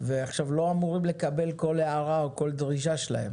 ולא אמורים לקבל כל הערה או כל דרישה שלהם